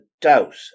doubt